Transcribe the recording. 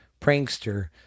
prankster